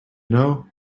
know